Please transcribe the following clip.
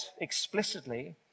explicitly